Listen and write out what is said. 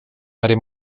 ari